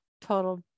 total